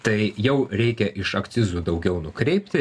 tai jau reikia iš akcizų daugiau nukreipti